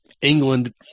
England